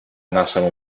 нашему